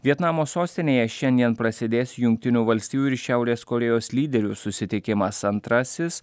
vietnamo sostinėje šiandien prasidės jungtinių valstijų ir šiaurės korėjos lyderių susitikimas antrasis